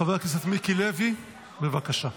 חבר הכנסת מיקי לוי, בבקשה.